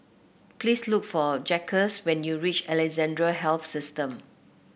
please look for Jacquez when you reach Alexandra Health System